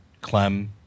Clem